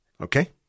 Okay